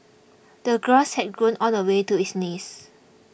the grass had grown all the way to his knees